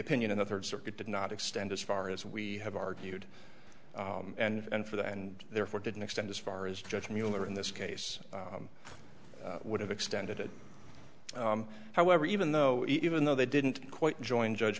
opinion in the third circuit did not extend as far as we have argued and for that and therefore didn't extend as far as judge mueller in this case would have extended it however even though even though they didn't quite join judge